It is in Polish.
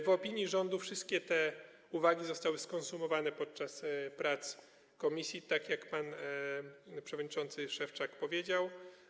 W opinii rządu wszystkie te uwagi zostały skonsumowane podczas prac komisji, tak jak pan przewodniczący Szewczak powiedział.